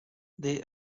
they